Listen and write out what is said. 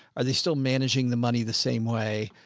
are they still managing the money the same way?